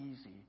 easy